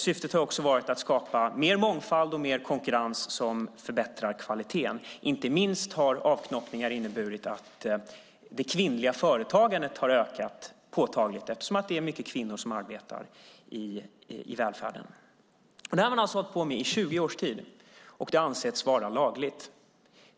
Syftet har också varit att skapa mer mångfald och mer konkurrens som förbättrar kvaliteten. Inte minst har avknoppningar inneburit att det kvinnliga företagandet påtagligt har ökat. Det är ju många kvinnor som arbetar inom välfärden. Det här har man alltså hållit på med i 20 år, och det har ansetts vara lagligt.